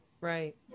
right